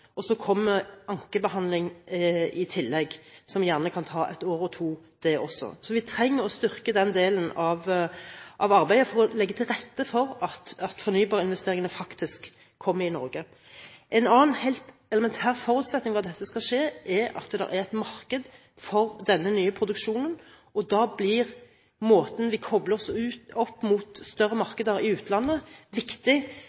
søknad. Så kommer ankebehandling i tillegg, som gjerne kan ta ett år eller to, det også. Så vi trenger å styrke den delen av arbeidet for å legge til rette for at fornybarinvesteringene faktisk kommer i Norge. En annen helt elementær forutsetning for at dette skal skje, er at det er et marked for denne nye produksjonen, og da blir måten vi kobler oss opp mot større